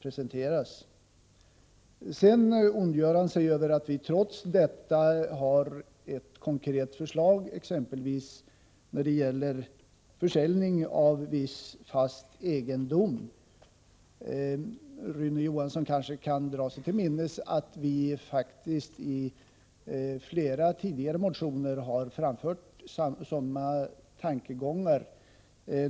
Rune Johansson ondgör sig också över att vi har ett konkret förslag när det gäller försäljning av viss fast egendom. Rune Johansson kanske kan dra sig till minnes att vi faktiskt i flera tidigare motioner har framfört sådana tankegångar.